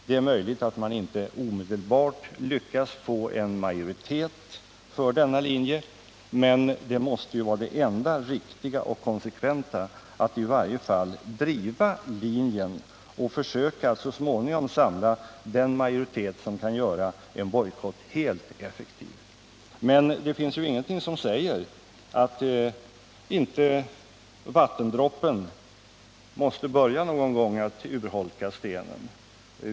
Det är möjligt att man inte omedelbart lyckas få en majoritet för denna linje, men det måste ju vara det enda riktiga och konsekventa att i varje fall driva linjen och försöka att så småningom samla den majoritet som kan göra en bojkott helt effektiv. Det finns ingenting som säger att inte vattendroppen någon gång måste börja att urholka stenen.